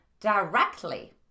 directly